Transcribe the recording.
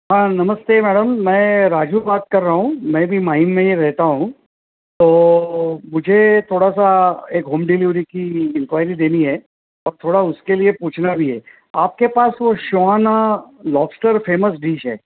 हं नमस्ते मॅडम मैं राजू बात कर रहा हू मैं भी माहीम में ही रेहता हूं तो मुझे थोडासा एक होम डिलीवरी की इन्क्वायरी देनी हैं और थोडा उसके लिये पूछना भी हैं आपके पास वो शॉन लॉबस्टर फेमस डिश हैं